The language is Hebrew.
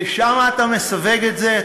לשם אתה מסווג את זה?